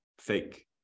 fake